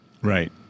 Right